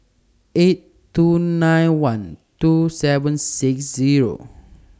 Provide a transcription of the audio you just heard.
eight two nine one two seven six Zero